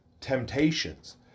temptations